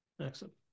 Excellent